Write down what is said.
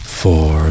four